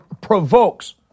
provokes